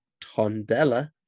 Tondela